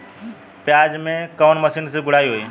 प्याज में कवने मशीन से गुड़ाई होई?